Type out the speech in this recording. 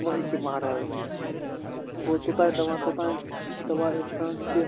وۄنۍ ہیٚکہِ یہِ ماہراز بٔنِتھ گوٚو توٚتانۍ دَپان توٚتانۍ چھِ دَپان اِنسان کہِ